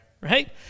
Right